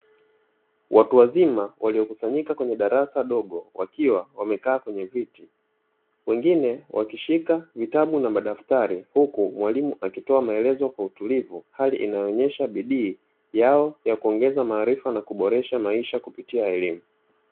Watu wazima waliokusanyika kwenye darasa dogo wakiwa wamekaa kwenye viti, wengine wakishika vitabu na madaftari huku mwalimu akitoa maelezo kwa utulivu, hali inayoonyesha bidii yao ya kuongeza maarifa na kuboresha maisha kupitia elimu.